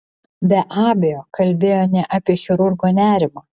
be abejo kalbėjo ne apie chirurgo nerimą